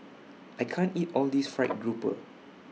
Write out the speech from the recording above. I can't eat All This Fried Grouper